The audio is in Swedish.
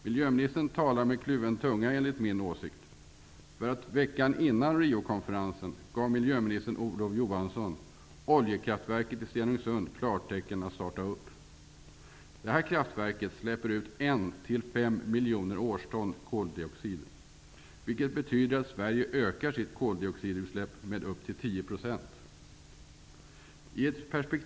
Miljöministern talar med kluven tunga, enligt min åsikt, för veckan före Riokonferensen gav miljöminister Olof Johansson oljekraftverket i Stenungsund klartecken att starta upp. Det kraftverket släpper ut 1-5 miljoner årston koldioxid, vilket betyder att Sverige ökar sitt koldioxidutsläpp med upp till 10 %.